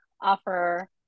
offer